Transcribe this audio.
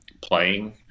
playing